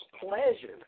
pleasure